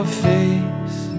face